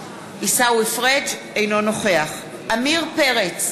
אינו נוכח עמיר פרץ,